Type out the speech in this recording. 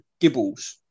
Gibbles